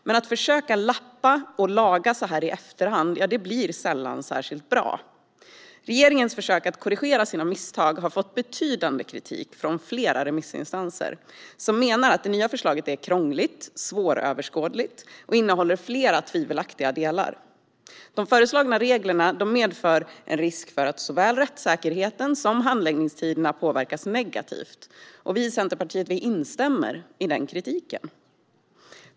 Men att försöka lappa och laga så här i efterhand blir sällan särskilt bra. Regeringens försök att korrigera sina misstag har fått betydande kritik från flera remissinstanser, som menar att det nya förslaget är krångligt och svåröverskådligt och innehåller flera tvivelaktiga delar. De föreslagna reglerna medför en risk för att såväl rättssäkerheten som handläggningstiderna påverkas negativt. Vi i Centerpartiet instämmer i den kritiken.